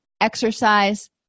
exercise